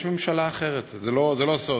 יש ממשלה אחרת, זה לא סוד.